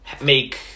make